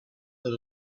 that